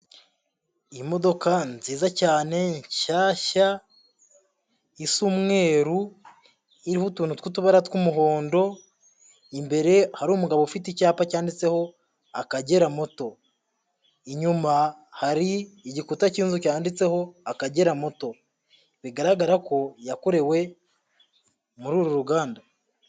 Imodoka nziza cyane nshyashya, isa umweru iriho utuntu tw'utubara tw'umuhondo, imbere hari umugabo ufite icyapa cyanditseho Akagera moto inyuma hari igikuta cy'inzu, cyanditseho Akagera moto bigaragara ko yakorewe muri uru ruganda.